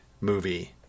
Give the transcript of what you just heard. movie